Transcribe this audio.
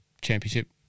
Championship